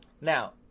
Now